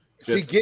See